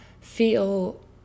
feel